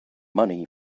money